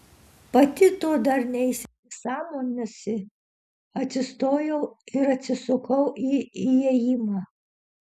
pati to dar neįsisąmoninusi atsistojau ir atsisukau į įėjimą